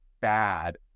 bad